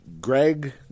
Greg